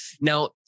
Now